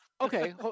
Okay